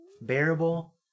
bearable